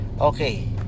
okay